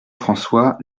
françois